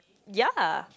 ya